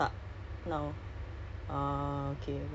ya ya I'm attached I'm attached